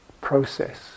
process